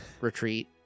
retreat